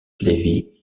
levy